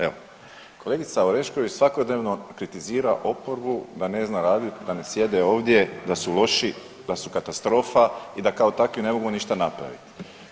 Evo, kolegica Orešković svakodnevno kritizira oporbu da ne zna radit, da ne sjede ovdje da su loši, da su katastrofa i da kao takvi ne mogu ništa napraviti.